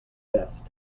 vest